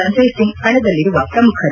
ಸಂಜಯ್ಸಿಂಗ್ ಕಣದಲ್ಲಿರುವ ಪ್ರಮುಖರು